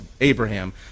Abraham